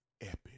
epic